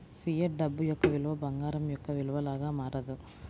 fiat డబ్బు యొక్క విలువ బంగారం యొక్క విలువ లాగా మారదు